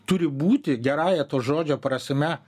turi būti gerąja to žodžio prasme